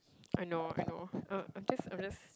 I know I know uh I'm just I'm just